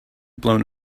blown